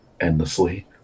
endlessly